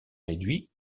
réduit